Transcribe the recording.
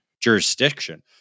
jurisdiction